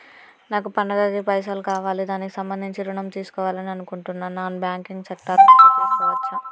నాకు పండగ కి పైసలు కావాలి దానికి సంబంధించి ఋణం తీసుకోవాలని అనుకుంటున్నం నాన్ బ్యాంకింగ్ సెక్టార్ నుంచి తీసుకోవచ్చా?